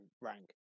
rank